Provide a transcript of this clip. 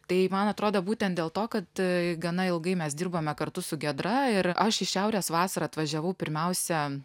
tai man atrodo būtent dėl to kad gana ilgai mes dirbome kartu su giedra ir aš į šiaurės vasarą atvažiavau pirmiausia